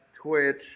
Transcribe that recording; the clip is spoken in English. Twitch